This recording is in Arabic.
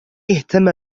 اهتم